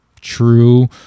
True